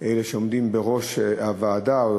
אלה שעומדים בראש הוועדה,